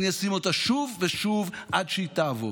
אני אשים אותה שוב ושוב עד שהיא תעבור.